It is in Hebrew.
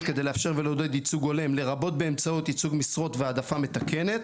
כדי לאפשר ולעודד ייצוג הולם לרבות באמצעות ייצוג משרות והעדפה מתקנת